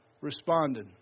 responded